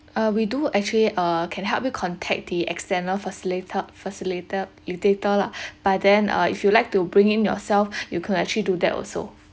uh we do actually uh can help you contact the external facil~ facilitator lah but then uh if you like to bringing yourself you can actually do that also